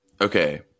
Okay